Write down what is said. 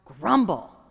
grumble